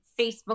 Facebook